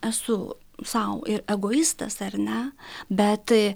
esu sau ir egoistas ar ne bet